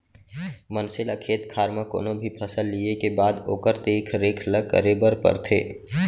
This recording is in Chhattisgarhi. मनसे ल खेत खार म कोनो भी फसल लिये के बाद ओकर देख रेख ल करे बर परथे